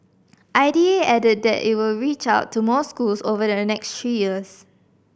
I D A added that it will reach out to more schools over the next three years